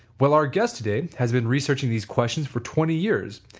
well our guest today has been researching these questions for twenty years.